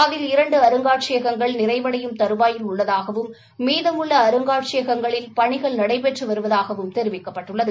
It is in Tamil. அதில் இரண்டு அருங்காட்சியகங்கள் நிறைவடையும் தருவாயில் உள்ளதாகவும் மீதம் உள்ள அருங்காட்சியகங்களின் பணிகள் நடைபெற்று வருவதாகவும் தொவிக்கப்பட்டுள்ளது